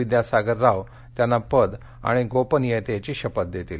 विद्यासागर राव त्यांना पद आणि गोपनीयतेची शपथ देतील